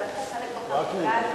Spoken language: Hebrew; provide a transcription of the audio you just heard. ולקחו חלק בחקיקה הזו,